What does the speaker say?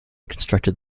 constructed